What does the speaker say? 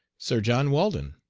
sir john walden,